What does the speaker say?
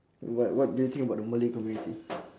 what what do you think about the malay community